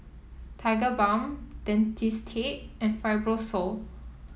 Tigerbalm Dentiste and Fibrosol